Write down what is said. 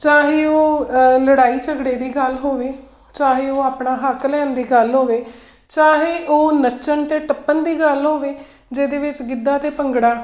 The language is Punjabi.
ਚਾਹੇ ਉਹ ਲੜਾਈ ਝਗੜੇ ਦੀ ਗੱਲ ਹੋਵੇ ਚਾਹੇ ਉਹ ਆਪਣਾ ਹੱਕ ਲੈਣ ਦੀ ਗੱਲ ਹੋਵੇ ਚਾਹੇ ਉਹ ਨੱਚਣ ਅਤੇ ਟੱਪਣ ਦੀ ਗੱਲ ਹੋਵੇ ਜਿਹਦੇ ਵਿੱਚ ਗਿੱਧਾ ਅਤੇ ਭੰਗੜਾ